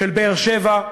של באר-שבע,